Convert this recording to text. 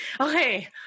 okay